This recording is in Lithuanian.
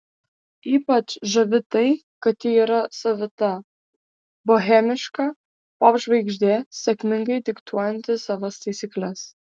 ypač žavi tai kad ji yra savita bohemiška popžvaigždė sėkmingai diktuojanti savas taisykles